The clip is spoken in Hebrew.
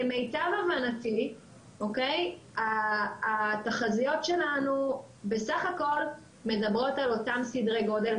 למיטב הבנתי התחזיות שלנו בסך הכל מדברות על אותם סדרי גודל,